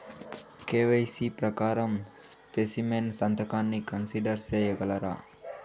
KYC ప్రకారం specimen సంతకాన్ని consider సేయగలరా?